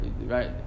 right